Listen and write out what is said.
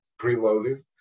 preloaded